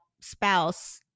spouse